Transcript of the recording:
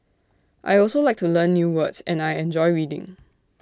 I also like to learn new words and I enjoy reading